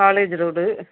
college road